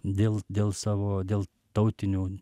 dėl dėl savo dėl tautinių